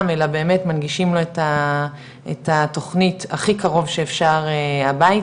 אלא באמת מנגישים לו את התוכנית הכי קרוב שאפשר הביתה,